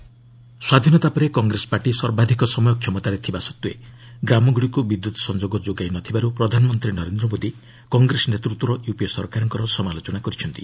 PM interaction ସ୍ୱାଧୀନତା ପରେ Congress party ସର୍ବାଧିକ ସମୟ କ୍ଷମତାରେ ଥିବା ସତ୍ତ୍ୱେ ଗ୍ରାମଗୁଡ଼ିକୁ ବିଦ୍ୟୁତ୍ ସଂଯୋଗ ଯୋଗାଇ ନ ଥିବାରୁ ପ୍ରଧାନମନ୍ତ୍ରୀ ନରେନ୍ଦ୍ର ମୋଦି କଂଗ୍ରେସ ନେତୂତ୍ୱର ୟୁପିଏ ସରକାରଙ୍କର ସମାଲୋଚନା କରିଛନ୍ତି